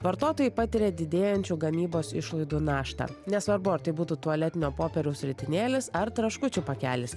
vartotojai patiria didėjančių gamybos išlaidų naštą nesvarbu ar tai būtų tualetinio popieriaus ritinėlis ar traškučių pakelis